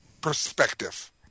perspective